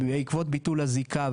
בעקבות ביטול הזיקה,